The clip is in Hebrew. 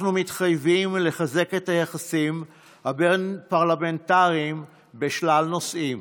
אנחנו מתחייבים לחזק את היחסים הבין-פרלמנטריים בשלל נושאים,